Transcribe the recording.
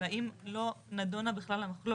אלא אם לא נדונה בכלל המחלוקת.